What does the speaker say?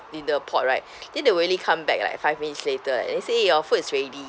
in the pot right then they will really come back like five minutes later eh and then say your food is ready